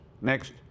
Next